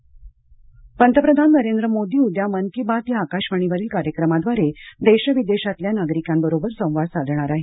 मन की बात पंतप्रधान नरेंद्र मोदी उद्या मन की बात या आकाशवाणीवरील कार्यक्रमाद्वारे देश विदेशातील नागरिकांबरोबर संवाद साधणार आहेत